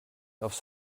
aufs